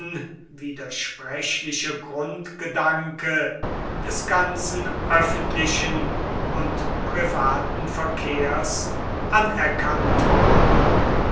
unwidersprechliche grundgedanke des ganzen öffentlichen und privaten verkehrs anerkannt worden